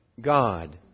God